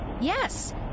Yes